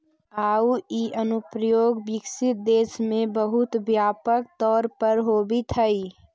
आउ इ अनुप्रयोग विकसित देश में बहुत व्यापक तौर पर होवित हइ